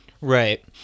Right